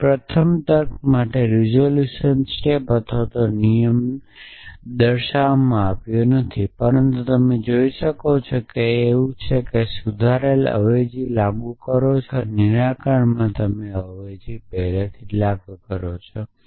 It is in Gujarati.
મને પ્રથમ તર્ક માટેના રીઝોલ્યુશન સ્ટેપ અથવા નિયમ જણાવવામાં આવ્યો નથી પરંતુ તમે જોઈ શકો છો કે તેજેવું જ સુધારેલછે તમે અવેજી લાગુ કરો છો અને નિરાકરણમાં તમે અવેજી પહેલેથી જ લાગુ કરી છે